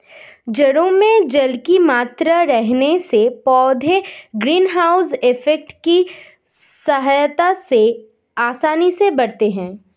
जड़ों में जल की मात्रा रहने से पौधे ग्रीन हाउस इफेक्ट की सहायता से आसानी से बढ़ते हैं